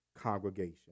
congregation